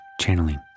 channeling